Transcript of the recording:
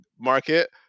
market